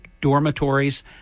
dormitories